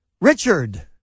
Richard